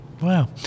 Wow